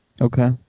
Okay